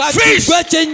fish